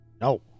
No